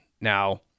Now